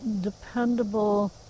dependable